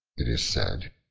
it is said,